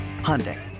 Hyundai